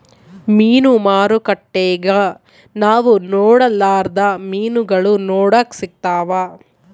ಮೀನು ಮಾರುಕಟ್ಟೆಗ ನಾವು ನೊಡರ್ಲಾದ ಮೀನುಗಳು ನೋಡಕ ಸಿಕ್ತವಾ